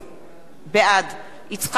בעד יצחק הרצוג,